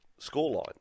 scoreline